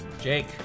Jake